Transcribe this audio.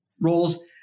roles